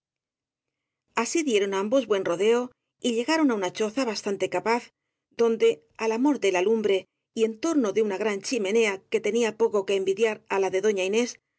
así dieron ambos buen rodeo y llegaron á una choza bastante capaz donde al amor de la lumbre y en torno de una gran chimenea que tenía poco que envidiar á la de doña inés